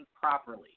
properly